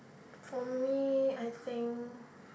for me I think